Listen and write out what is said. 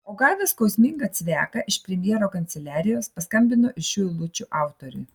o gavęs skausmingą cveką iš premjero kanceliarijos paskambino ir šių eilučių autoriui